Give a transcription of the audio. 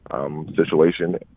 situation